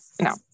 no